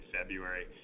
February